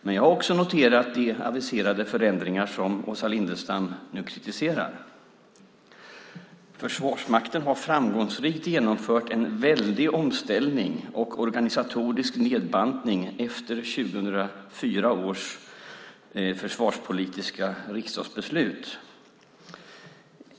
Men också jag har noterat de aviserade förändringar som Åsa Lindestam nu kritiserar. Försvarsmakten har framgångsrikt genomfört en väldig omställning och en organisatorisk nedbantning efter 2004 års försvarspolitiska riksdagsbeslut.